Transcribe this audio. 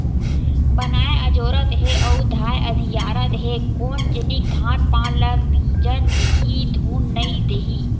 बंधाए अजोरत हे अउ धाय अधियारत हे कोन जनिक धान पान ल मिजन दिही धुन नइ देही